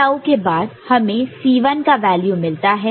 3 tau के बाद हमें C1 का वैल्यू मिलता है